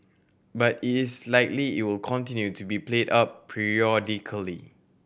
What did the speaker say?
but it is likely it will continue to be played up periodically